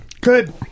Good